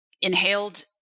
inhaled